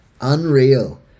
Unreal